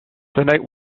night